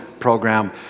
program